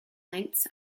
lengths